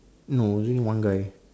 no is only one guy